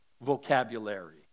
vocabulary